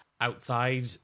outside